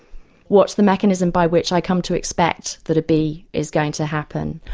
what's the mechanism by which i come to expect that a b is going to happen?